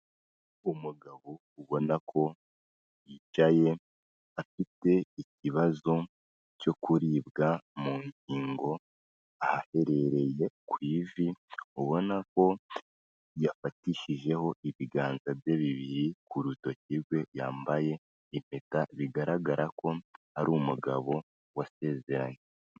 Umugabo ubona ko yicaye, afite ikibazo cyo kuribwa mu ngingo ahaherereye ku ivi, ubona ko yafatishijeho ibiganza bye bibiri ku rutoki rwe, yambaye impeta bigaragara ko ari umugabo wasezeranye.